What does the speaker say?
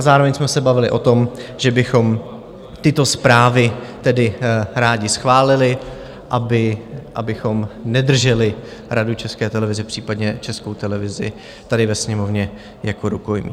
Zároveň jsme se bavili o tom, že bychom tyto zprávy tedy rádi schválili, abychom nedrželi Radu České televize, případně Českou televizi tady ve Sněmovně jako rukojmí.